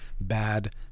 bad